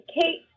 Kate